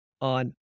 on